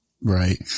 Right